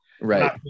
right